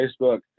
facebook